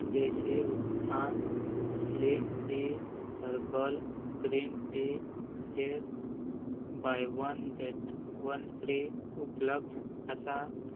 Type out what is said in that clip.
देसी उत्थान slim tea herbal green टीचेर buy one get one free उपलब्ध आसा